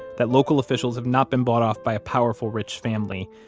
that local officials have not been bought off by a powerful, rich family,